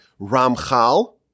Ramchal